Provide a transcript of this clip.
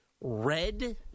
Red